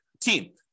team